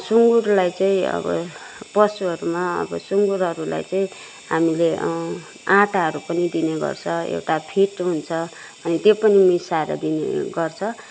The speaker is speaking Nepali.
सुँगुरलाई चाहिँ अब पशुहरूमा अब सुँगुरहरूलाई चाहिँ हामीले आँटाहरू पनि दिने गर्छ एउटा फिट हुन्छ अनि त्यो पनि मिसाएर दिने गर्छ